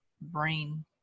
brain